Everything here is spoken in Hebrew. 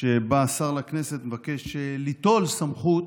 שבא שר לכנסת ומבקש ליטול סמכות